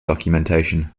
documentation